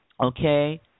Okay